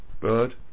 bird